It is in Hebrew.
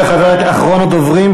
אחרון הדוברים,